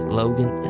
logan